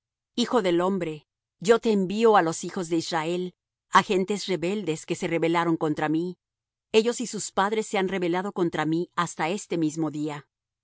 hijo del hombre yo te envío á los hijos de israel á gentes rebeldes que se rebelaron contra mí ellos y sus padres se han rebelado contra mí hasta este mismo día